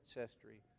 ancestry